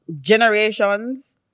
generations